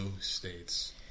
states